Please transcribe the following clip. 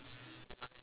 hello